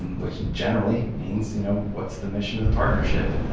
which, generally, means you know what's the mission of the partnership,